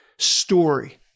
story